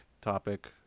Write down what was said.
Topic